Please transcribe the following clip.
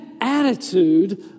attitude